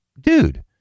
dude